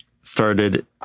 started